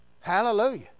Hallelujah